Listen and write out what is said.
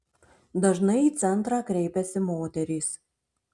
dažnai į centrą kreipiasi moterys